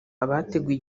abateguye